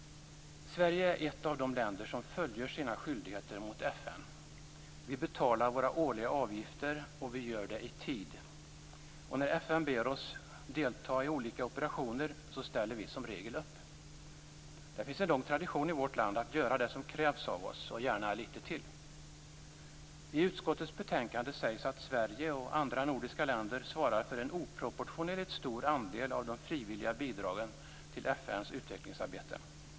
Sverige är ett av de länder som fullgöra sina skyldigheter mot FN. Sverige betalar sina årliga avgifter, och gör det i tid. När FN ber oss i Sverige delta i olika operationer ställer vi som regel upp. Det finns en lång tradition i vårt land av att göra det som krävs av oss, och gärna litet till. I utskottets betänkande sägs att Sverige och andra nordiska länder svarar för en oproportionerligt stor andel av de frivilliga bidragen till FN:s utvecklingsarbete.